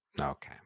Okay